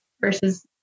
versus